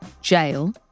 jail